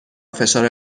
فشار